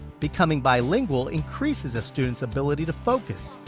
becoming bilingual increases a student's ability to focus,